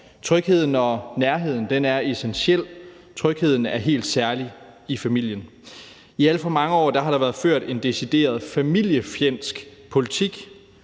Trygheden og nærheden er essentiel. Trygheden er helt særlig i familien. I alt for mange år har der været ført en decideret familiefjendsk politik.